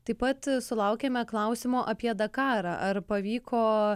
taip pat sulaukiame klausimo apie dakarą ar pavyko